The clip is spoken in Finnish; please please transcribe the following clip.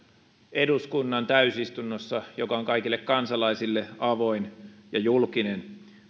eduskunnan täysistunnossa joka on kaikille kansalaisille avoin ja julkinen